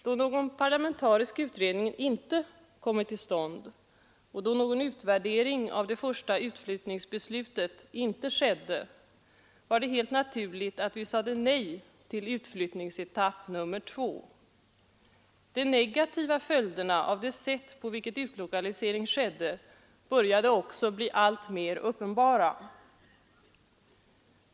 Då någon parlamentarisk utredning inte kom till stånd och då någon utvärdering av det första utflyttningsbeslutet inte skedde var det helt naturligt att vi sade nej till utflyttningsetapp 2. De negativa följderna av det sätt på vilket utlokaliseringen skedde började också bli alltmer uppenbara.